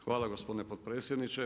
Hvala gospodine potpredsjedniče.